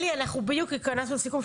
אלי, אנחנו בדיוק התכנסנו לסיכום.